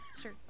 sure